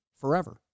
forever